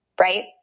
Right